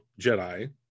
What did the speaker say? jedi